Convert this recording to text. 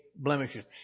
blemishes